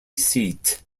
seat